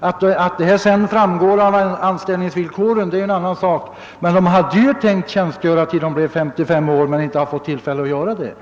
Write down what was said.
Att det framgår av anställningsvillkoren är en annan sak, men de hade ju räknat med att tjänstgöra till 55 års ålder men inte fått tillfälle att göra det.